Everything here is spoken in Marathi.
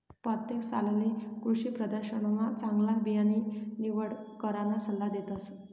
परतेक सालले कृषीप्रदर्शनमा चांगला बियाणानी निवड कराना सल्ला देतस